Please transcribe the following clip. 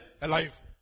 alive